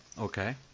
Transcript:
Okay